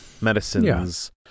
medicines